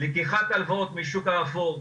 לקיחת הלוואות מהשוק האפור,